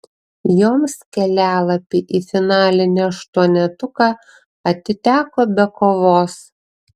joms kelialapiai į finalinį aštuonetuką atiteko be kovos